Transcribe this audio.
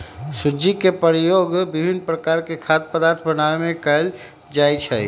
सूज्ज़ी के प्रयोग विभिन्न प्रकार के खाद्य पदार्थ बनाबे में कयल जाइ छै